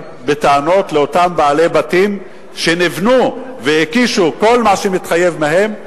בטענות לאותם בעלי בתים שנבנו והגישו כל מה שמתחייב מהם,